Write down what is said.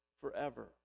forever